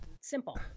Simple